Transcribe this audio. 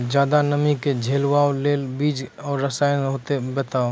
ज्यादा नमी के झेलवाक लेल बीज आर रसायन होति तऽ बताऊ?